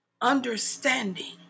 Understanding